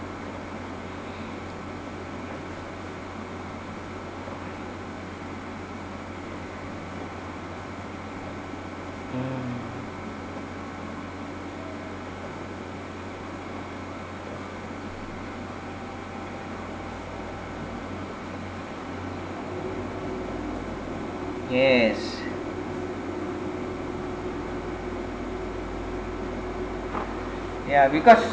mm yes yeah because